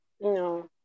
No